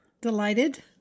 Delighted